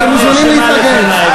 אתם מוזמנים להתנגד.